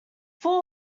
four